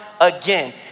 again